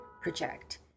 project